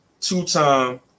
Two-time